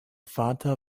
vater